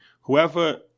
Whoever